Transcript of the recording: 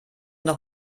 noch